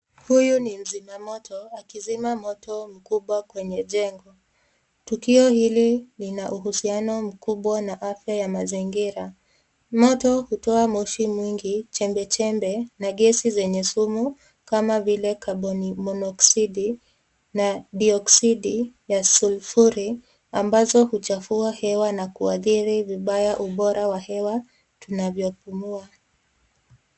Huyu ni mzima moto akizima moto mkubwa kwenye jengo. Tukio hili lina uhusiano mkubwa na afya ya mazingira. Moto hutoa moshi mwingi, chembechembe na gesi zenye simu kama vile kaboni monoksidi na dioksidi ya sulfuri ambazo huchafua hewa na kuadhiri vibaya ubora wa hewa tunavyopumua.